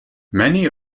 many